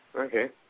Okay